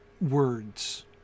words